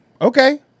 Okay